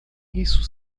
isso